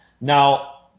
Now